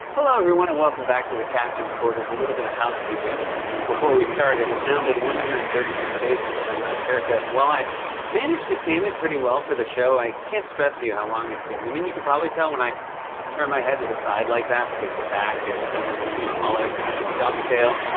hello, everyone, and welcome back to the captain's quarters, a little bit of housekeeping before we start. it has now been one hundred and thirty six days since my last haircut. while i managed to tame it pretty well for the show. i can't stress to you how long it's getting. i mean, you can probably tell when i turn my head to the side like that because the back is somewhere between a mullet and a duck tail.